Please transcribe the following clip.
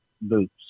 Boots